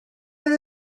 oedd